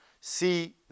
See